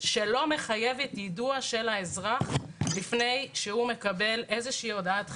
שלא מחייבת יידוע של האזרח לפני שהוא מקבל איזושהי הודעת חיוב.